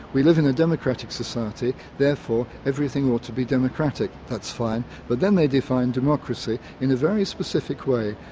we live in a democratic society, therefore everything ought to be democratic'. that's fine. but then they define democracy in a very specific way.